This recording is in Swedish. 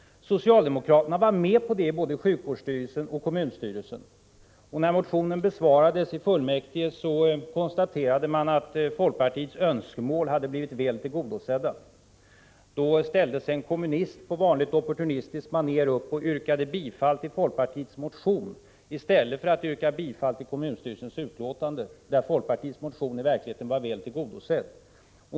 Socialdemokraterna var med på detta både i sjukvårdsstyrelsen och i kommunstyrelsen. När motionen besvarades i fullmäktige konstaterade man att folkpartiets önskemål hade blivit väl tillgodosedda. Då ställde sig en kommunist på sedvanligt opportunistiskt maner upp och yrkade bifall till folkpartiets motion i stället för att yrka bifall till kommunstyrelsens utlåtande, där folkpartiets motion i verkligheten var väl tillgodosedd.